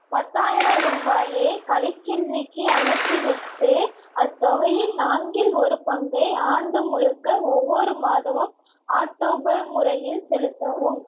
பத்தாயிரம் ரூபாயை கலைச்செல்விக்கு அனுப்பிவிட்டு அத்தொகையின் நான்கில் ஒரு பங்கை ஆண்டு முழுக்க ஒவ்வொரு மாதமும் ஆட்டோபே முறையில் செலுத்தவும்